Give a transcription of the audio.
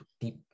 deep